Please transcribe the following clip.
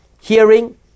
hearing